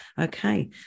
Okay